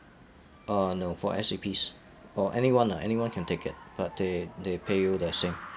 uh no for S_E_Ps or anyone ah anyone can take it but they they pay you the same